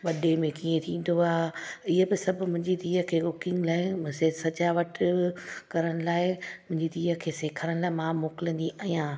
वॾे कीअं थींदो आहे इहे बि सभु मुंहिंजी धीअ खे बुकींग लाइ मुसे सजावट करण लाइ मुंहिंजी धीअ खे सेखारण लाइ मां मोकिलींदी आहियां